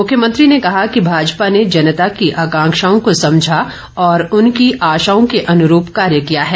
मुख्यमंत्री ने कहा कि भाजपा ने जनता की आकांक्षाओं को समझा और उनकी आशाओं के अनुरूप कार्य किया है